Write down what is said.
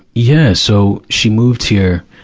yeah. so, she moved here,